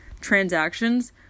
transactions